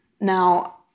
Now